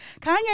Kanye